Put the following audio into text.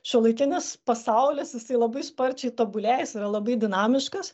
šiuolaikinis pasaulis jisai labai sparčiai tobulėja jis yra labai dinamiškas